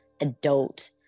adult